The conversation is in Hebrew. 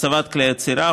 הצבת כלי אצירה,